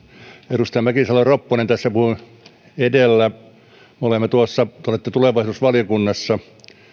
edustaja mäkisalo ropponen tässä puhui edellä te olette tulevaisuusvaliokunnassa